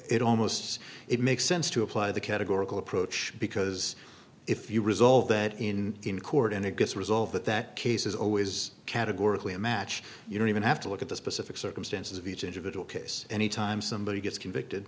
it's almost it makes sense to apply the categorical approach because if you resolve that in in court and it gets resolved that that case is always categorically a match you don't even have to look at the specific circumstances of each individual case any time somebody if convicted